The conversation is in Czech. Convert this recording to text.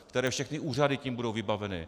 Které všechny úřady tím budou vybaveny?